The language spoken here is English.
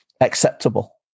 acceptable